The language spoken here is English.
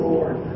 Lord